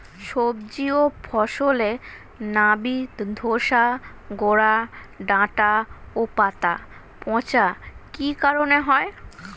সবজি ও ফসলে নাবি ধসা গোরা ডাঁটা ও পাতা পচা কি কারণে হয়?